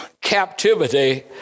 captivity